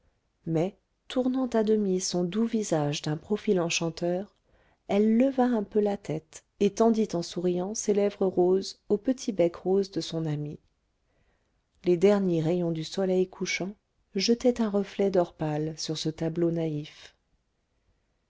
mais tournant à demi son doux visage d'un profil enchanteur elle leva un peu la tête et tendit en souriant ses lèvres roses au petit bec rose de son ami les derniers rayons du soleil couchant jetaient un reflet d'or pâle sur ce tableau naïf